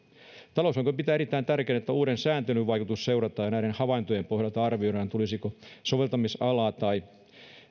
talousvaliokunta pitää erittäin tärkeänä että uuden sääntelyn vaikutusta seurataan ja näiden havaintojen pohjalta arvioidaan tulisiko soveltamisalaa tai